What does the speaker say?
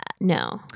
No